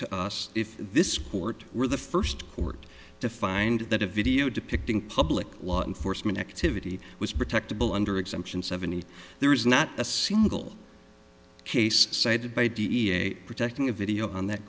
to us if this court were the first court to find that a video depicting public law enforcement activity was protected under exemption seventy there is not a single case cited by da protecting a video on that